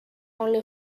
only